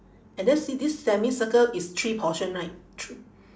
and then see this semicircle is three portion right thr~